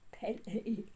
penny